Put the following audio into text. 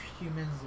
humans